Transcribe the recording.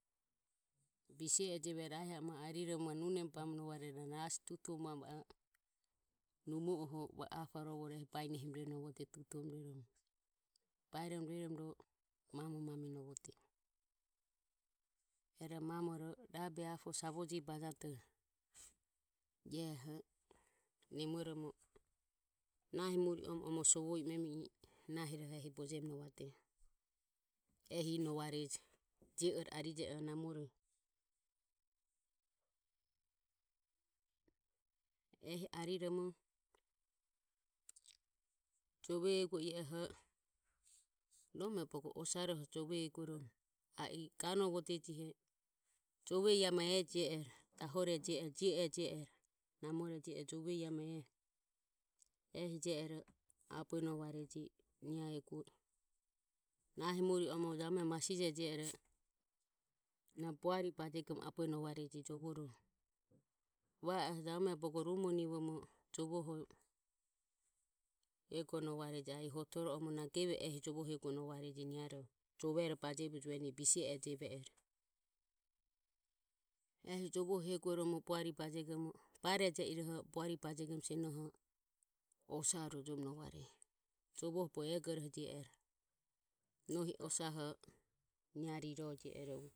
Bise e jeve ero ae aho o ma ariromo nunemu genovareje rueroho nasi tutuvomo va o apare ovore numo oho baeniahi novodeje. Baerom ruerom ro mam maminovode rueroho mamoro rabe apo savoji bajado eho nemoromo nahi muri omom sovo i imemiro ehi bojeminovade, ehiobevareje jio ore arije ero. Ehi ariromo jove eguo ie oho nome bogo osaro jovoho ganovodeji jove ema e jie ero dahoru jove, namoro jove ehi jiero abue novare. Nahi muri omom jabume masije jeve ero na buari bajegom abuenovare va a eho jabume bogo rumonego jovoho eguo novareje. A i jabume hotoro o na genovareje jovero bajevo jueni bise e jeve ero. Ehi jovoho eguoromo buari bajego ruenovareje senero osare nohi osaho Nia riro jie ero.